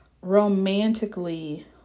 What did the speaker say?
romantically